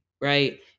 right